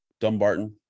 Dumbarton